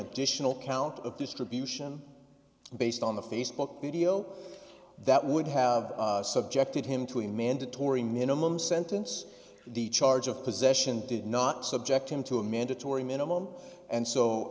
additional count of distribution based on the facebook video that would have subjected him to a mandatory minimum sentence the charge of possession did not subject him to a mandatory minimum and so